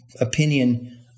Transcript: opinion